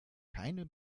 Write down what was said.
keine